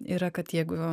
yra kad jeigu